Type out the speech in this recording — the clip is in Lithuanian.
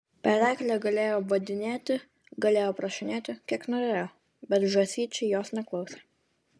pereklė galėjo vadinėti galėjo prašinėti kiek norėjo bet žąsyčiai jos neklausė